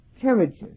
carriages